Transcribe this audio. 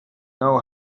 know